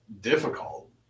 difficult